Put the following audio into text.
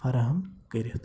فراہَم کٔرِتھ